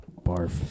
Barf